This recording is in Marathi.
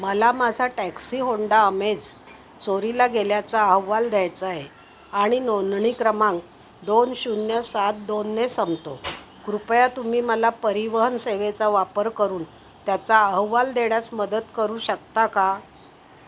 मला माझा टॅक्सी होंडा अमेज चोरीला गेल्याचा अहवाल द्यायचा आहे आणि नोंदणी क्रमांक दोन शून्य सात दोनने संपतो कृपया तुम्ही मला परिवहन सेवेचा वापर करून त्याचा अहवाल देण्यास मदत करू शकता का